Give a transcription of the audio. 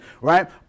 Right